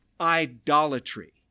idolatry